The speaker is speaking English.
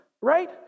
right